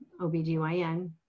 OBGYN